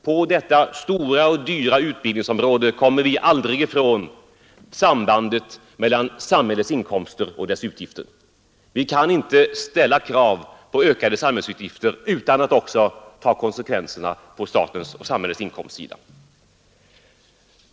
På det stora och dyra utbildningsområdet kommer vi aldrig ifrån sambandet mellan samhällets inkomster och dess utgifter. Vi kan inte ställa krav på ökade samhällsutgifter utan att också ta konsekvenserna på samhällets inkomstsida.